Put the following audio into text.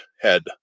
head